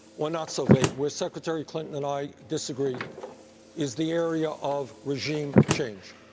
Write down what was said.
or not so vague, where secretary clinton and i disagree is the area of regime change.